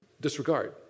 disregard